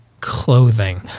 Clothing